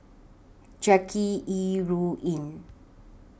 Jackie Yi Ru Ying